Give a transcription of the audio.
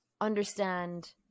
understand